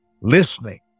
Listening